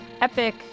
epic